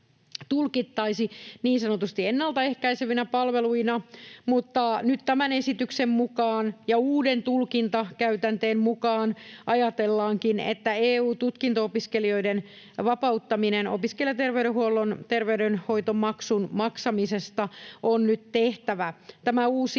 niin sanotusti ennaltaehkäisevinä palveluina, mutta nyt tämän esityksen mukaan ja uuden tulkintakäytänteen mukaan ajatellaankin, että EU-tutkinto-opiskelijoiden vapauttaminen opiskelijaterveydenhuollon ter- veydenhoitomaksun maksamisesta on nyt tehtävä. Tämä uusi